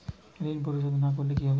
ঋণ পরিশোধ না করলে কি হবে?